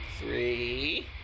Three